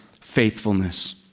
faithfulness